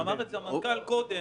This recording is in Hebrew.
מייצרים הקצאה בפועל.